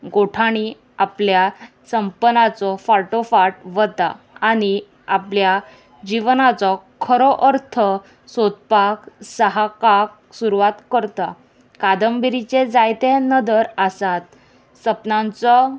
गोठाणी आपल्या सपनाचो फाटोफाट वता आनी आपल्या जिवनाचो खरो अर्थ सोदपाक साहकाक सुरवात करता कादंबिरीचे जायते नदर आसात सपनांचो